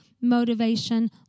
motivation